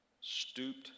stooped